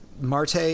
Marte